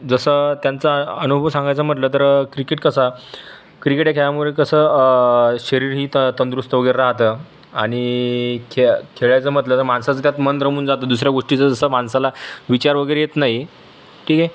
जसं त्यांचा अनुभव सांगायचं म्हटलं तर क्रिकेट कसा क्रिकेट या खेळामुळे कसं शरीरही त ता तंदुरुस्त वगैरे राहतं आणि खेळा खेळायचं म्हटलं तर माणसाचं त्यात मन रमून जातं दुसऱ्या गोष्टीचा जसं माणसाला विचार वगैरे येत नाही की